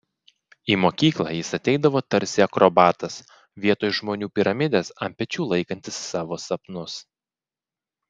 į mokyklą jis ateidavo tarsi akrobatas vietoj žmonių piramidės ant pečių laikantis savo sapnus